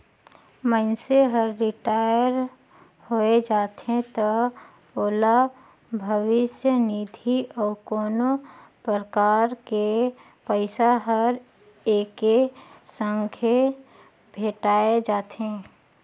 मइनसे हर रिटायर होय जाथे त ओला भविस्य निधि अउ कोनो परकार के पइसा हर एके संघे भेंठाय जाथे